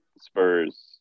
Spurs